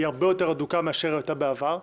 היא הרבה יותר הדוקה מאשר הייתה בעבר,